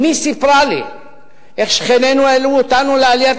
אמי סיפרה לי איך שכנינו העלו אותנו לעליית